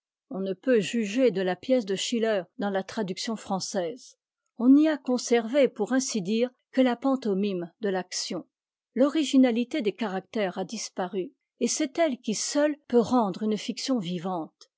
on ne peut juger de la pièce de schiller dans la traduction française on n'y a conservé pour ainsi dire que la pantomime de l'action l'originalité des caractères a disparu et c'est elle qui seule peut rendre une fiction vivante